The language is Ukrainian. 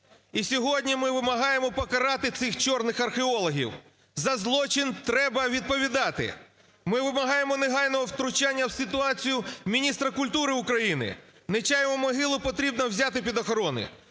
І сьогодні ми вимагаємо покарати цих "чорних" археологів. За злочин треба відповідати. Ми вимагаємо негайного втручання в ситуацію міністра культури України. Нечаєву могилу потрібно взяти під охорону.